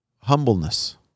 humbleness